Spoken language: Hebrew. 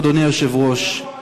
אדוני היושב-ראש,